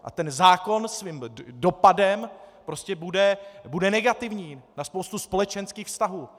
A ten zákon svým dopadem prostě bude negativní na spoustu společenských vztahů.